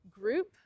group